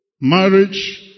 marriage